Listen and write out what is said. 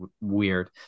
weird